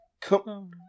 Come